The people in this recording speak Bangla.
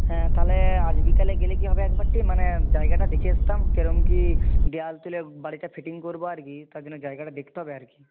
হ্যাঁ তাহলে আজ বিকেলে গেলে কী হবে একবারটি মানে জায়গাটা দেখে আসতাম কীরকম কী দেওয়াল তুলে বাড়িটা ফিটিং করব আর কি তার জন্য জায়গাটা দেখতে হবে আর কি